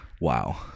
wow